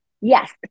Yes